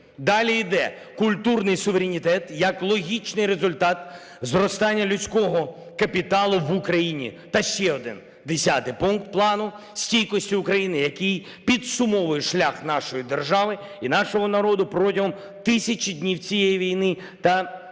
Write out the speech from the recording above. Далі йде – "Культурний суверенітет". Як логічний результат зростання людського капіталу в Україні. Та ще один, десятий пункт Плану стійкості України, який підсумовує шлях нашої держави і нашого народу протягом 1000 днів цієї війни та водночас